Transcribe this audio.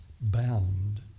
bound